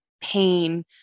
pain